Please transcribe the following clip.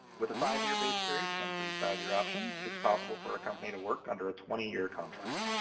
with a five-year base period and three five-year options, it's possible for a company to work under a twenty year contract.